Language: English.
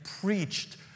preached